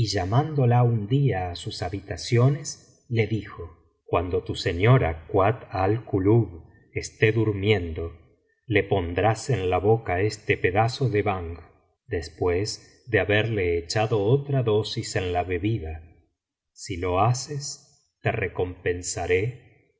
llamándola un día á sus habitaciones le dijo cuando tu señora kuat al kulub esté durmiendo le pondrás en la boca este pedazo de banj después de haberle echado otra dosis en la bebida si lo haces te recompensaré y